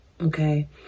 Okay